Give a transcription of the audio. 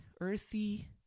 earthy